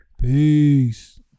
peace